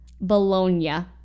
bologna